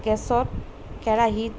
গেছত কেৰাহীত